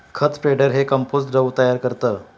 खत स्प्रेडर हे कंपोस्ट द्रव तयार करतं